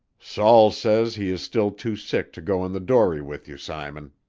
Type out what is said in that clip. saul says he is still too sick to go in the dory with you, simon.